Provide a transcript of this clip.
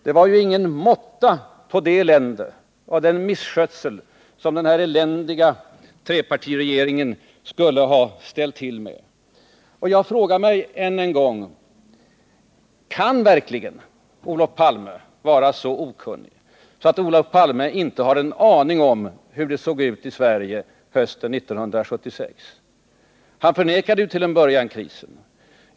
Det var ju ingen måtta på det elände och den misskötsel som den eländiga trepartiregeringen skulle ha ställt till med. Och jag frågar mig än en gång: Kan verkligen Olof Palme vara så okunnig att han inte har en aning om hur det såg ut i Sverige hösten 1976? Han förnekade till en början krisen.